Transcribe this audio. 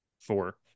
Four